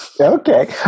Okay